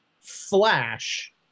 Flash